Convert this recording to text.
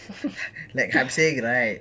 like I'm saying right